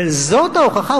אבל זו ההוכחה.